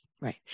Right